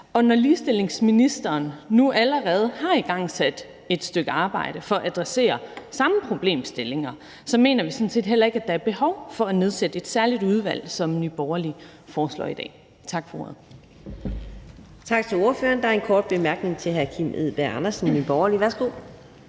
Og når ligestillingsministeren nu allerede har igangsat et stykke arbejde for at adressere de samme problemstillinger, mener vi sådan set heller ikke, at der er behov for at nedsætte et særligt udvalg, som Nye Borgerlige foreslår i dag. Tak faor ordet.